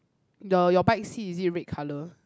the your bike seat is it red colour